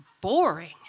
boring